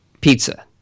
pizza